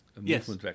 Yes